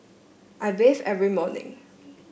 I bathe every morning